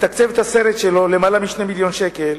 מתקצבת את הסרט בלמעלה מ-2 מיליוני שקלים,